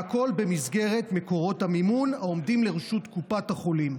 והכול במסגרת מקורות המימון העומדים לרשות קופת החולים".